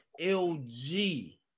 LG